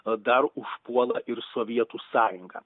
o dar užpuola ir sovietų sąjunga